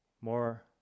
more